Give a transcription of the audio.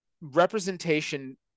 representation